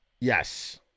Yes